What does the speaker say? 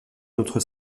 notre